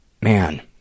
Man